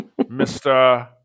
Mr